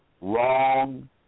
wrong